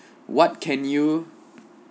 what can you